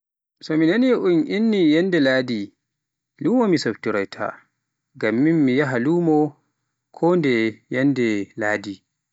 So mi nani un inni yannde Ladi, lumo mi siptoroyta ngam min mi yaha lumo kondeye yannde ladi.